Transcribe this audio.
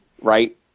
right